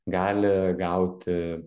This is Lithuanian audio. gali gauti